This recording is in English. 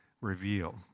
reveal